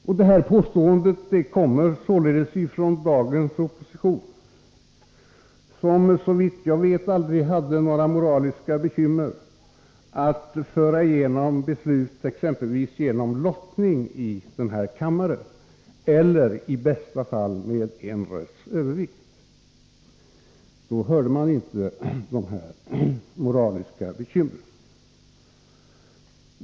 Sådana yttranden kommer således från dagens opposition, som såvitt jag vet aldrig hade några moraliska bekymmer när det gällde att föra igenom beslut i denna kammare exempelvis genom lottning eller i bästa fall med en rösts övervikt. Då hade man inga moraliska bekymmer.